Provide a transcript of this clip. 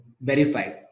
verified